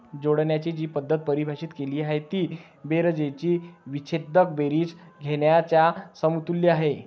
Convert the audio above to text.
जोडण्याची जी पद्धत परिभाषित केली आहे ती बेरजेची विच्छेदक बेरीज घेण्याच्या समतुल्य आहे